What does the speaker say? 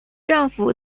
政府